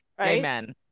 Amen